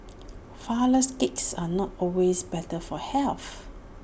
Flourless Cakes are not always better for health